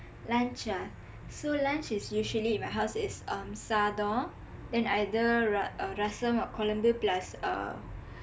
lunch ah so lunch usually in my house is um sadam then either ra~ err rasam or குழம்பு:kuzhampu plus uh